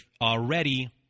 already